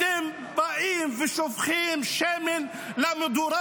אתם באים ושופכים שמן למדורה.